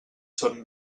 són